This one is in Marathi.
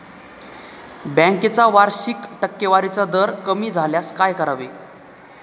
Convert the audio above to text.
बँकेचा वार्षिक टक्केवारीचा दर कमी झाल्यास काय करावे?